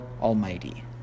Almighty